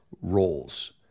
roles